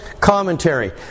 commentary